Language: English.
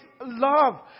love